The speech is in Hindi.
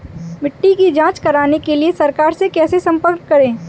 मिट्टी की जांच कराने के लिए सरकार से कैसे संपर्क करें?